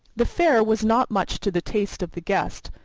the fare was not much to the taste of the guest,